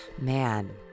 man